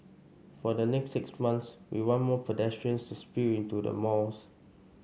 for the next six months we want more pedestrians to spill into the malls